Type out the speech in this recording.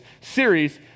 series